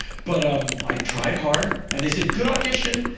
but, um, i tried hard. and they said, good audition,